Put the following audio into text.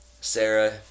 Sarah